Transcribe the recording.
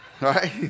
Right